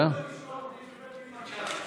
אישור התוכנית של בית-מילמן,